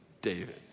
David